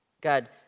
God